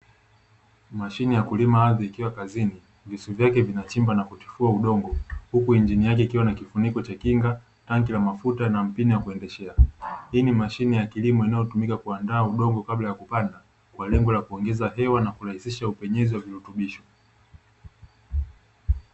Mashine ya kulima ardhi ikiwa kazini, visu vyake vinachimba na kutifua udongo, huku injini yake ikiwa na kifuniko cha kinga, tanki la mafuta, na mpini wa kuendeshea. Hii ni mashine ya kilimo inayotumika kuandaa udongo kabla ya kupanda, kwa lengo la kuongeza hewa na kurahisisha upenyezi wa virutubisho.